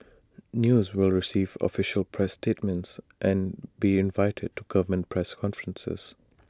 news will receive official press statements and be invited to government press conferences